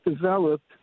developed